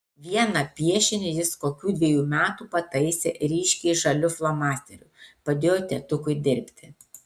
vieną piešinį jis kokių dvejų metų pataisė ryškiai žaliu flomasteriu padėjo tėtukui dirbti